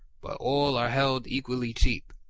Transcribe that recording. but all are held equally cheap.